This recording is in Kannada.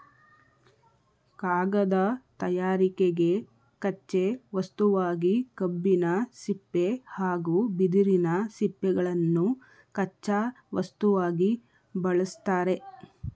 ಕಾಗದ ತಯಾರಿಕೆಗೆ ಕಚ್ಚೆ ವಸ್ತುವಾಗಿ ಕಬ್ಬಿನ ಸಿಪ್ಪೆ ಹಾಗೂ ಬಿದಿರಿನ ಸಿಪ್ಪೆಗಳನ್ನು ಕಚ್ಚಾ ವಸ್ತುವಾಗಿ ಬಳ್ಸತ್ತರೆ